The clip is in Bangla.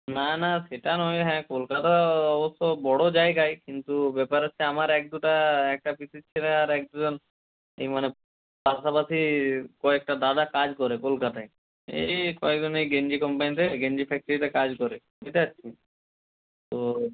না না সেটা নয় হ্যাঁ কলকাতা অবশ্য বড়ো জায়গাই কিন্তু ব্যপার হচ্ছে আমার এক দুটা একটা পিসির ছেলে আর এক দুজন এই মানে পাশাপাশি কয়েকটা দাদা কাজ করে কলকাতায় এই কয়েকজনে গেঞ্জি কোম্পানিতে গেঞ্জি ফ্যাকটরিতে কাজ করে ঠিক আছে তো